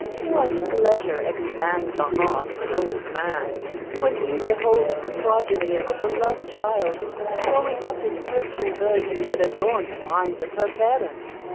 what pleasure expands the heart of an old man when he beholds the progeny of a beloved child growing up in every virtue that adorned the minds of her parents.